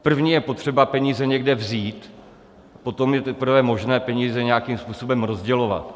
Nejprve je potřeba peníze někde vzít, potom je teprve možné peníze nějakým způsobem rozdělovat.